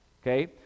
Okay